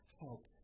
help